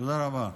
תודה רבה.